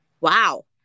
Wow